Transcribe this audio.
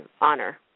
honor